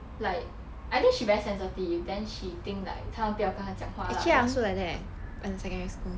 like I think she very sensitive then she think like 他们不要跟他讲话 lah then